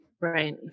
Right